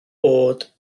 bod